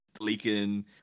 leaking